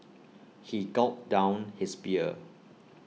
he gulped down his beer